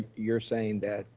you're saying that